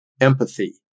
empathy